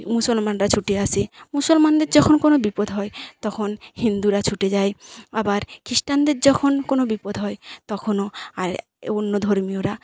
মুসলমানরা ছুটে আসে মুসলমানদের যখন কোনো বিপদ হয় তখন হিন্দুরা ছুটে যায় আবার খ্রিস্টানদের যখন কোনো বিপদ হয় তখনও আর অন্য ধর্মীয়রা